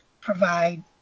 provide